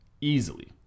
easily